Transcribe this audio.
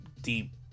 deep